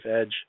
edge